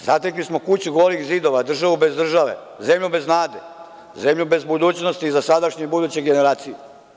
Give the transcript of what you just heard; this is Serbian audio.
Zatekli smo kuću golih zidova, državu bez države, zemlju bez nade, zemlju bez budućnosti za sadašnje i buduće generacije.